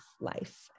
life